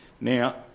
Now